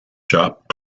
shop